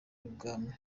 bw’imana